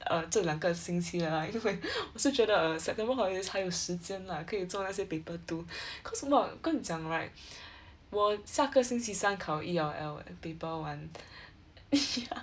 err 这两个星期啦 like 一直会 我是觉得 err september holidays 还有时间啦可以做那些 paper two cause a lot 跟你讲 right 我下个星期三考 E_L_L and paper one i~ ya